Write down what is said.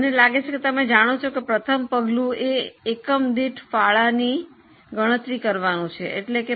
મને લાગે છે કે તમે જાણો છો કે પ્રથમ પગલું એ એકમ દીઠ ફાળોની ગણતરી કરવાનું છે